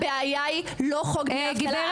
הבעיה היא לא חוק דמי אבטלה,